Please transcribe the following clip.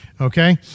Okay